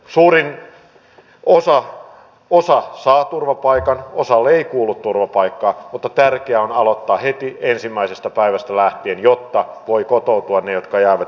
suurin osa osa saa turvapaikan osalle ei kuulu turvapaikkaa mutta tärkeää on aloittaa heti ensimmäisestä päivästä lähtien jotta voivat kotoutua ne jotka jäävät suomalaiseen yhteiskuntaan